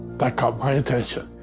that caught my attention.